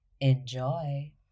Enjoy